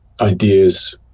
ideas